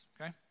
okay